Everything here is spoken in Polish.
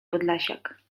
podlasiak